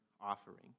offering